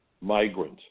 Migrant